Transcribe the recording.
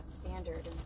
standard